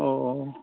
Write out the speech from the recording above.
ও